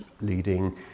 leading